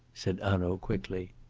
said hanaud quickly.